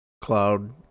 cloud